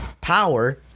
power